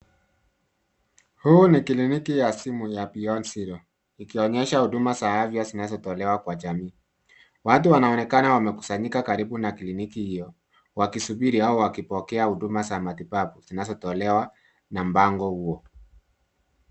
Huu ni kliniki ya simu ya Beyond Zero, ikionyesha huduma za afya zinazotolewa kwa jamii. Watu wanaonekana wamekusanyika karibu na kliniki hiyo, wakisubiri au wakipokea huduma za matibabu zinazotolewa na mbango huo.